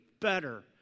better